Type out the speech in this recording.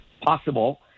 possible